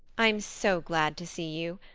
i am so glad to see you.